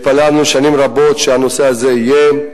התפללנו שנים רבות שזה יהיה,